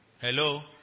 Hello